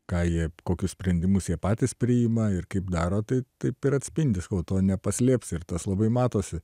ką jie kokius sprendimus jie patys priima ir kaip daro tai taip ir atspindi o to nepaslėpsi ir tas labai matosi